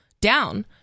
down